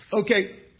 Okay